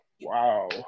Wow